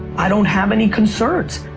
i don't have any concerns.